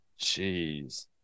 jeez